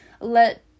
Let